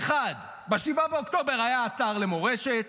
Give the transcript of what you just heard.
האחת, ב-7 באוקטובר היה השר למורשת.